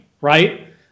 right